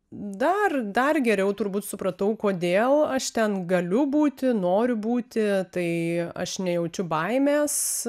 dar dar geriau turbūt supratau kodėl aš ten galiu būti noriu būti tai aš nejaučiu baimės